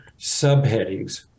subheadings